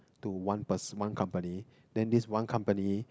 to one pers one company then this one company